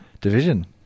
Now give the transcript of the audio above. Division